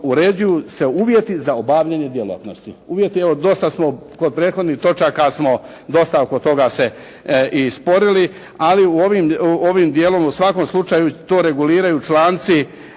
uređuju se uvjeti za obavljanje djelatnosti. Uvjeti, evo dosta smo kod prethodnih točaka smo dosta oko toga se i sporili. Ali ovim dijelom u svakom slučaju to reguliraju članci